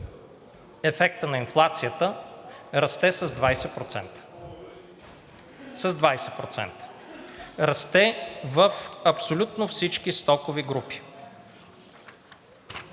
ефекта на инфлацията, расте с 20%. Расте в абсолютно всички стокови групи.